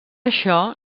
això